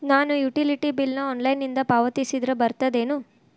ನಾನು utility bill ನ ಆನ್ಲೈನಿಂದ ಪಾವತಿಸಿದ್ರ ಬರ್ತದೇನು?